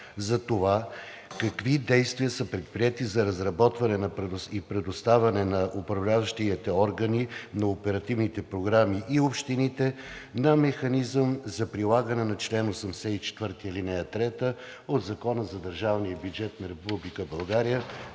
за това какви действия са предприети за разработване и предоставяне на управляващите органи на оперативните програми и общините на механизъм за прилагане на чл. 84, ал. 3 от Закона за Държавния бюджет на Република България